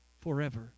forever